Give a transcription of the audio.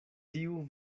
tiu